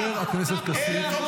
תוריד אותו, אדוני.